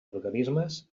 organismes